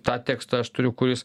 tą tekstą aš turiu kuris